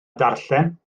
darllen